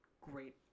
great